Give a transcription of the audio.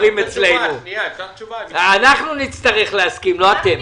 אנחנו נצטרך להסכים, לא אתם.